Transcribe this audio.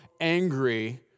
angry